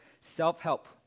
Self-Help